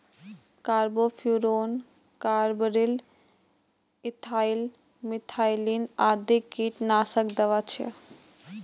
carbofuran, carbaryl, ethylene, methylene आदि कीटनाशक दवा छियै